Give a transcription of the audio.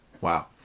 Wow